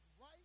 right